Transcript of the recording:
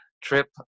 trip